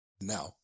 Now